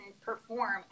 perform